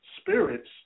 spirits